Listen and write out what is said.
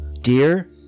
Dear